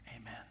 amen